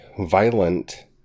violent